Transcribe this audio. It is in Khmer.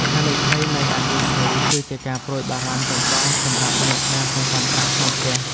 ហានិភ័យនៃអគ្គិភ័យ គឺជាការព្រួយបារម្ភចម្បងសម្រាប់អ្នកដែលសន្សំប្រាក់ក្នុងផ្ទះ។